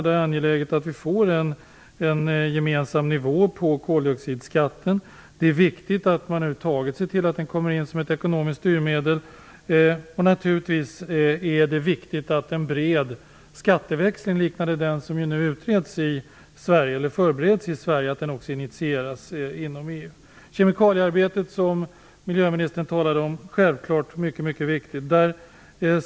Det är angeläget att vi får en gemensam nivå på koldioxidskatten. Det är viktigt att över huvud taget se till att den kommer in som ett ekonomiskt styrmedel, och naturligtvis är det viktigt att en bred skatteväxling, liknande den som nu förbereds i Sverige, också initieras inom EU. Kemikaliearbetet, som miljöministern talade om, är självklart mycket mycket viktigt.